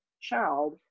child